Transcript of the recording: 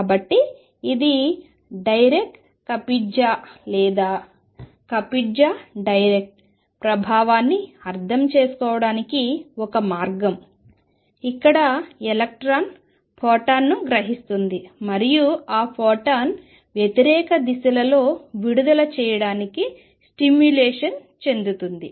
కాబట్టి ఇది Dirac Kapitza లేదా Kapitza Dirac ప్రభావాన్ని అర్థం చేసుకోవడానికి ఒక మార్గం ఇక్కడ ఎలక్ట్రాన్ ఫోటాన్ను గ్రహిస్తుంది మరియు ఆ ఫోటాన్ను వ్యతిరేక దిశలలో విడుదల చేయడానికి స్టిములేషన్ ఉద్దీపన చెందుతుంది